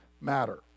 matter